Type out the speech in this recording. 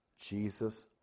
Jesus